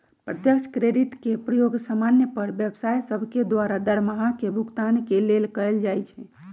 प्रत्यक्ष क्रेडिट के प्रयोग समान्य पर व्यवसाय सभके द्वारा दरमाहा के भुगतान के लेल कएल जाइ छइ